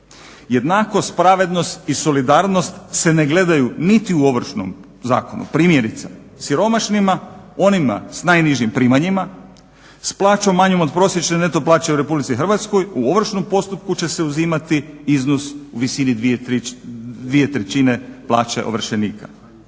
Jednakost, pravednost i solidarnost se ne gledaju niti u Ovršnom zakonu. Primjerice, siromašnima, onima sa najnižim primanjima, s plaćom manjom od prosječne neto plaće u Republici Hrvatskoj u ovršnom postupku će se uzimati iznos u visini dvije trećine plaće ovršenika.